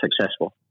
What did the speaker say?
successful